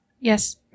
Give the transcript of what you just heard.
Yes